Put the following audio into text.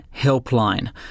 Helpline